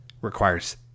requires